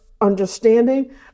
understanding